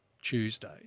Tuesday